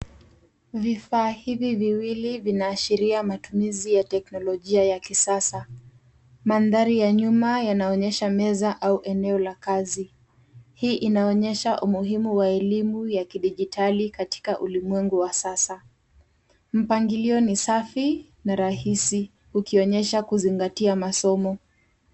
Vifaa hivi viwili vinaashiria matumizi ya teknolojia ya kisasa. Mandhari ya nyuma yanaonyesha meza au eneo la kazi. Hii inaonyesha umuhimu wa elimu ya kidijitali katika ulimwengu wa sasa. Mpangilio ni safi, na rahisi, ukionyesha kuzingatia masomo.